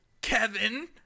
Kevin